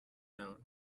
known